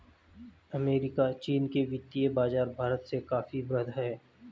America चीन के वित्तीय बाज़ार भारत से काफी वृहद हैं